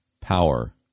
power